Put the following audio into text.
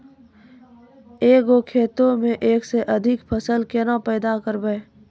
एक गो खेतो मे एक से अधिक फसल केना पैदा करबै?